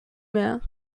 mehr